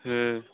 हूँ